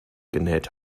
genäht